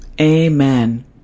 Amen